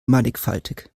mannigfaltig